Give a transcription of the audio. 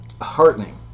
heartening